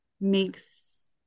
makes